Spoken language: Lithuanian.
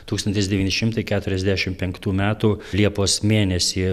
tūkstantis devyni šimtai keturiasdešim penktų metų liepos mėnesį